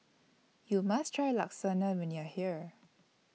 YOU must Try Lasagna when YOU Are here